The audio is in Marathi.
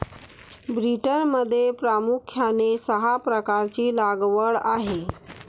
ब्रिटनमध्ये प्रामुख्याने सहा प्रकारची लागवड आहे